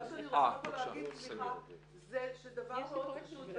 מה שאני רוצה להגיד, זה דבר מאוד פשוט.